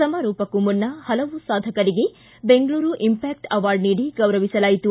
ಸಮಾರೋಪಕ್ಕೂ ಮುನ್ನ ಹಲವು ಸಾಧಕರಿಗೆ ಬೆಂಗಳೂರು ಇಂಪ್ಯಾಕ್ಟ್ ಅವಾರ್ಡ್ ನೀಡಿ ಗೌರವಿಸಲಾಯಿತು